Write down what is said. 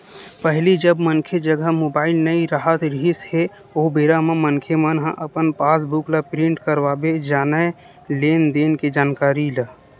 पहिली जब मनखे जघा मुबाइल नइ राहत रिहिस हे ओ बेरा म मनखे मन ह अपन पास बुक ल प्रिंट करवाबे जानय लेन देन के जानकारी ला